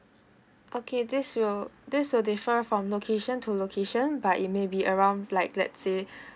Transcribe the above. okay this will this will differ from location to location but it may be around like let's say